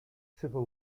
civil